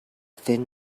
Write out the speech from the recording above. thin